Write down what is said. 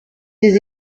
des